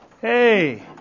hey